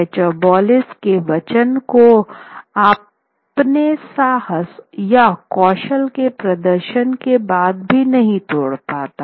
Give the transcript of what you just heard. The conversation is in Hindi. वह चौबोलिस के वचन को अपने साहस या कौशल के प्रदर्शन के बाद भी नहीं तोड़ पाता